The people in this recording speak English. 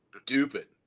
stupid